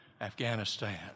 Afghanistan